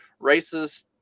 racist